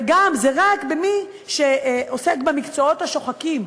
וגם זה רק במי שעוסק במקצועות השוחקים.